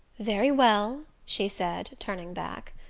very well, she said, turning back.